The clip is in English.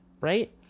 Right